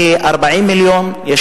כ-40 מיליון שקל,